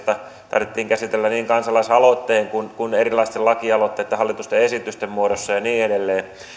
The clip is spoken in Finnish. taidettiin käsitellä niin kansalaisaloitteen kuin erilaisten lakialoitteitten ja hallituksen esitysten muodossa ja niin edelleen